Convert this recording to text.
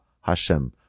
Hashem